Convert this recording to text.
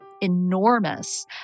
enormous